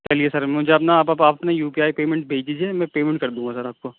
چلیے سر مجھے آپ نا آپ اپنا یو پی آئی پیمنٹ بھیج دیجیے میں پیمنٹ کر دوں گا سر آپ کو